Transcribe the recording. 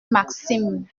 maxime